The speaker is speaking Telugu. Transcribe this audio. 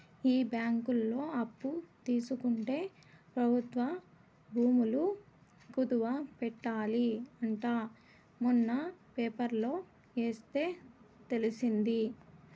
ఈ బ్యాంకులో అప్పు తీసుకుంటే ప్రభుత్వ భూములు కుదవ పెట్టాలి అంట మొన్న పేపర్లో ఎస్తే తెలిసింది